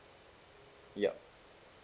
ya